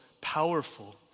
powerful